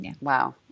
wow